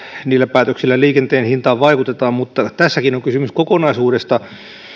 niillä päätöksillä liikenteen hintaan vaikutetaan mutta tässäkin on kysymys kokonaisuudesta